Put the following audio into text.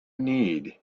need